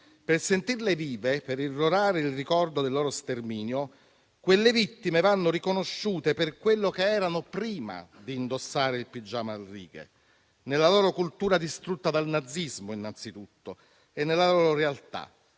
Per sentirle vive, per irrorare il ricordo del loro sterminio, quelle vittime vanno riconosciute per quello che erano prima di indossare il pigiama a righe, nella loro cultura distrutta dal nazismo, innanzitutto, e nella loro realtà.